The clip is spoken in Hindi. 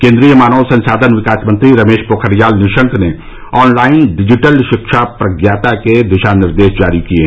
केन्द्रीय मानव संसाधन विकास मंत्री रमेश पोखरियाल निशंक ने ऑनलाइन डिजिटल शिक्षा प्रज्ञाता के दिशा निर्देश जारी किये